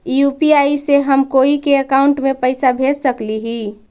UPI से हम कोई के अकाउंट में पैसा भेज सकली ही?